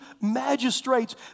magistrates